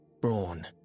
brawn